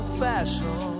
fashion